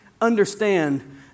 understand